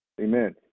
Amen